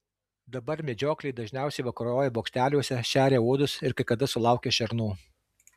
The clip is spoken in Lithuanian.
dabar medžiokliai dažniausiai vakaroja bokšteliuose šeria uodus ir kai kada sulaukia šernų